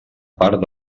part